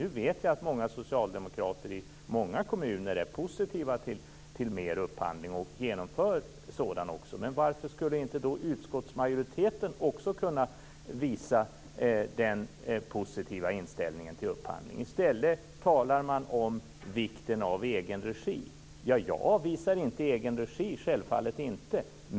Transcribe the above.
Nu vet jag att många socialdemokrater i många kommuner är positiva till mer upphandling och också genomför sådana. Varför skulle då inte också utskottsmajoriteten kunna visa denna positiva inställning till upphandling? I stället talar man om vikten av egenregi. Jag avvisar inte egenregi, självfallet inte.